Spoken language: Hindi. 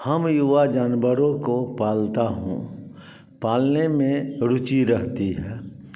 हाँ मैं युवा जानवरों को पालता हूँ पालने में रुचि रहती है